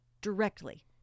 directly